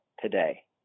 today